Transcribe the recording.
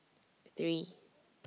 three